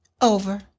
over